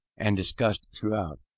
and discussed throughout.